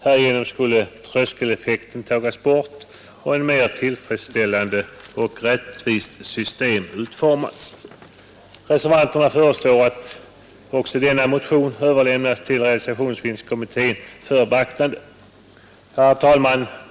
Härigenom skulle tröskeleffekten tagas bort och ett mera tillfredsställande och rättvist system utformas. Reservanterna föreslår att också denna motion överlämnas till realisationsvinstkommittén för beaktande. Herr talman!